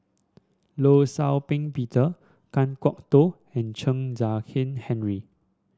Law Shau Ping Peter Kan Kwok Toh and Chen Kezhan Henri